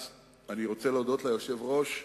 אני רוצה להודות ליושב-ראש,